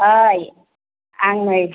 ओइ आं नै